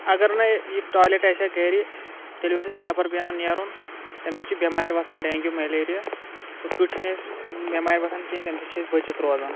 اگر نہٕ یہِ ٹویلیٹ آسہِ ہا گَرِ تیٚلہِ اوس اَسہِ نٮ۪بَر پٮ۪وان نیرُن تَمہِ سۭتۍ چھِ بٮ۪مارِ وۄتھان ڈٮ۪نٛگِو مَلیریا ہُتھ کٲٹھۍ چھِنہٕ أسۍ بٮ۪مارِ وۄتھان کینٛہہ تَمہِ سۭتۍ چھِ أسۍ بٔچِتھ روزان